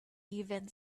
even